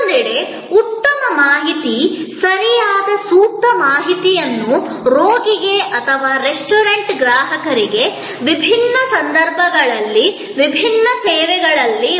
ಮತ್ತೊಂದೆಡೆ ಉತ್ತಮ ಮಾಹಿತಿ ಸರಿಯಾದ ಸೂಕ್ತ ಮಾಹಿತಿಯನ್ನು ರೋಗಿಗೆ ಅಥವಾ ರೆಸ್ಟೋರೆಂಟ್ ಗ್ರಾಹಕರಿಗೆ ವಿಭಿನ್ನ ಸಂದರ್ಭಗಳಲ್ಲಿ ವಿವಿಧ ಸೇವೆಗಳಲ್ಲಿ ಒದಗಿಸಬೇಕಾಗುತ್ತದೆ